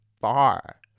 far